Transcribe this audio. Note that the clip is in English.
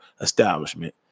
establishment